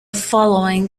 following